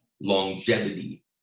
longevity